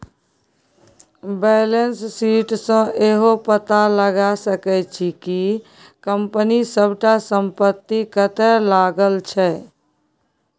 balance sheet सँ इहो पता लगा सकै छी कि कंपनी सबटा संपत्ति कतय लागल छै